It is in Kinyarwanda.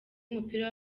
w’umupira